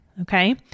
okay